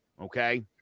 okay